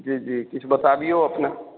जी जी किछु बताबियो अपने